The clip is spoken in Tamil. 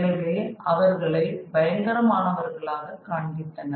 எனவே அவர்களை பயங்கரமானவர்களாக காண்பித்தனர்